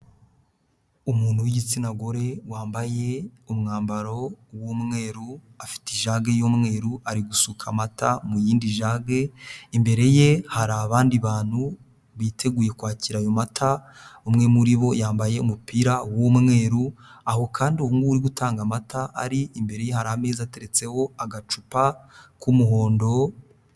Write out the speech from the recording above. Umuntu w'igitsina gore wambaye umwambaro w'umweru, afite ijage y'umweru ari gusuka amata mu yindi jage, imbere ye hari abandi bantu biteguye kwakira ayo mata, umwe muri bo yambaye umupira w'umweru, aho kandi uwo nguwo uri gutanga amata ari imbere ye hari ameza ateretseho agacupa k'umuhondo.